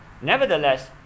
Nevertheless